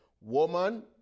Woman